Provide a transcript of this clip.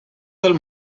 del